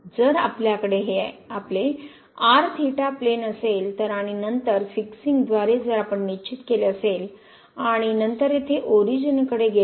जर आपल्याकडे हे आपले प्लेन असेल तर आणि नंतर फिक्सिंगद्वारे जर आपण निश्चित केले असेल आणि नंतर येथे ओरिजिनकडे गेलो